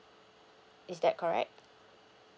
is that correct